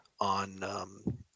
on